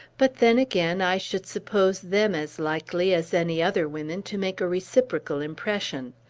but then, again, i should suppose them as likely as any other women to make a reciprocal impression.